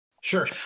Sure